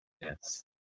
yes